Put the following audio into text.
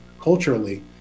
culturally